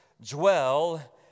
dwell